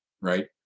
right